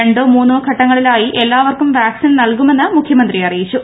രണ്ടോ മൂന്നോ ഘട്ടങ്ങളായി എല്ലാവർക്കും വാക്സിൻ നൽകുമെന്ന് മുഖ്യമന്ത്രി അറിയിച്ചു